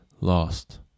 lost